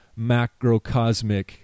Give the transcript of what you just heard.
macrocosmic